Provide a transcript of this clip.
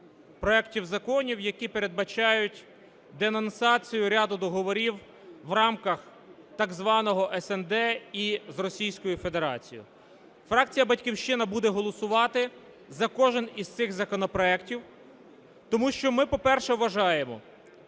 проектів законів, які передбачають денонсацію ряду договорів в рамках так званого СНД із Російською Федерацією. Фракція "Батьківщина" буде голосувати за кожний із цих законопроектів, тому що ми, по-перше, вважаємо,